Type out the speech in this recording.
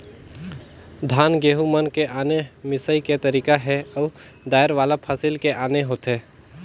धान, गहूँ मन के आने मिंसई के तरीका हे अउ दायर वाला फसल के आने होथे